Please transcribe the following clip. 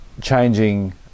changing